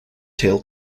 tail